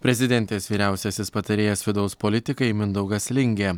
prezidentės vyriausiasis patarėjas vidaus politikai mindaugas lingė